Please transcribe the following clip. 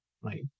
right